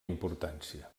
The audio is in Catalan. importància